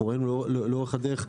אנחנו ראינו לאורך הדרך,